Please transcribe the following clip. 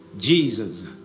Jesus